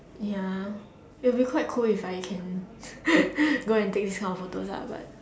ya it'd be quite cool if I can go and take this kind of photos lah but